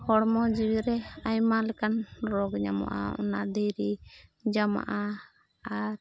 ᱦᱚᱲᱢᱚ ᱡᱤᱣᱤᱨᱮ ᱟᱭᱢᱟ ᱞᱮᱠᱟᱱ ᱨᱳᱜᱽ ᱧᱟᱢᱚᱜᱼᱟ ᱚᱱᱟ ᱫᱷᱤᱨᱤ ᱡᱚᱢᱟᱜᱼᱟ ᱟᱨ